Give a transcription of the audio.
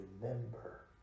remember